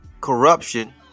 Corruption